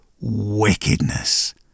wickedness